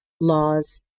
laws